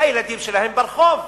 הילדים שלהם ברחוב.